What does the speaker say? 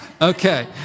Okay